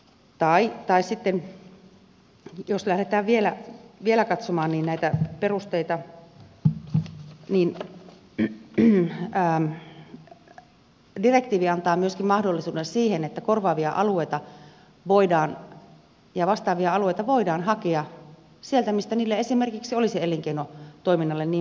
tai sitten jos lähdetään vielä katsomaan näitä perusteita niin direktiivi antaa myöskin mahdollisuuden siihen että korvaavia ja vastaavia alueita voidaan hakea sieltä mistä niille esimerkiksi ei olisi elinkeinotoiminnolle niin paljon haittaa